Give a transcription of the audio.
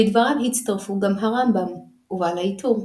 לדבריו הצטרפו גם הרמב"ם ובעל העיטור.